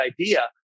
idea